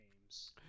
names